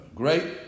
great